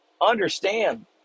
understand